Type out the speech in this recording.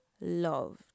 loved